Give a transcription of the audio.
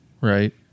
right